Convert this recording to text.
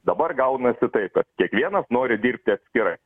dabar gaunasi taip kad kiekvienas nori dirbti atskirai